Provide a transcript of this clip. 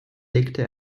legte